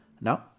Now